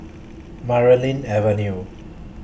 Marlene Avenue